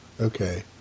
okay